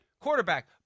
quarterback